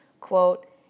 Quote